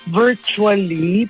virtually